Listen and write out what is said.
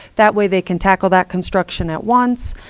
that way they can tackle that construction at once.